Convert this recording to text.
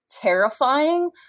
terrifying